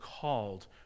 called